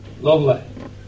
Lovely